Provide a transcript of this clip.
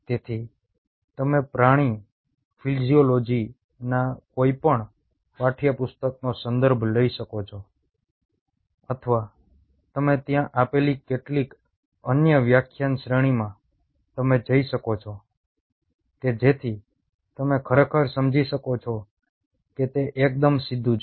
તેથી તમે પ્રાણી ફિઝિયોલોજીના કોઈપણ પાઠ્યપુસ્તકનો સંદર્ભ લઈ શકો છો અથવા તમે ત્યાં આપેલી કેટલીક અન્ય વ્યાખ્યાન શ્રેણીમાં તમે જઈ શકો છો કે જેથી તમે ખરેખર સમજી શકો છો કે તે એકદમ સીધું છે